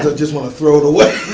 just wana throw it away.